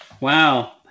Wow